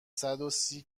صدوسی